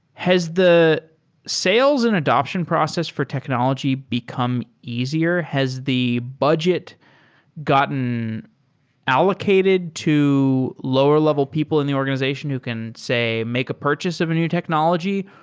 has the sales and adaption process for technology become easier? has the budget gotten allocated to lower-level people in the organization who can say make a purchase of a new technology,